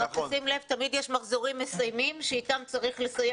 תמיד יש מחזורים מסיימים שאתם צריך לסיים את החשבון.